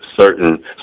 certain